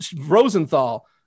Rosenthal